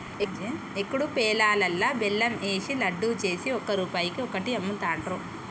ఏకుడు పేలాలల్లా బెల్లం ఏషి లడ్డు చేసి ఒక్క రూపాయికి ఒక్కటి అమ్ముతాండ్రు